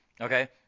okay